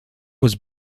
was